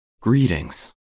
Greetings